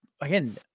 again